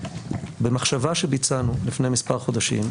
במחשבה שביצענו לפני מספר חודשים,